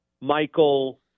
Michael –